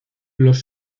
los